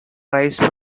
rise